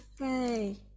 okay